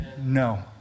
no